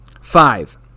Five